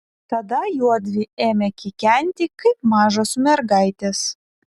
tada juodvi ėmė kikenti kaip mažos mergaitės